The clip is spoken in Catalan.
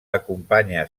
acompanya